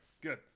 Good